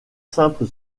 simple